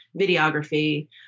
videography